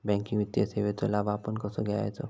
Banking वित्तीय सेवाचो लाभ आपण कसो घेयाचो?